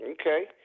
Okay